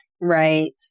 Right